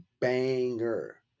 banger